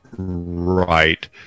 Right